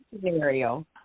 scenario